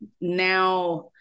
now